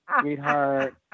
sweetheart